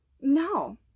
No